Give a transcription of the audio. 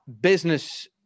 business